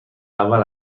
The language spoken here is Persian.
اول